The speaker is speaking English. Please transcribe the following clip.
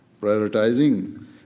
prioritizing